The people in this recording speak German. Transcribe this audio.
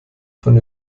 von